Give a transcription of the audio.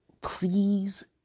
please